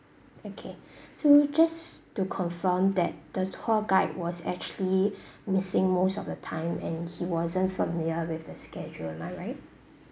okay so just to confirm that the tour guide was actually missing most of your time and he wasn't familiar with the schedule am I right